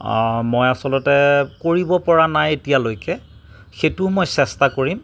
মই আচলতে কৰিব পৰা নাই এতিয়ালৈকে সেইটো মই চেষ্টা কৰিম